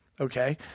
Okay